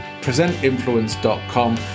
presentinfluence.com